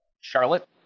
Charlotte